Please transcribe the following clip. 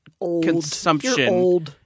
consumption